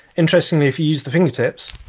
interestingly, if you use the fingertips,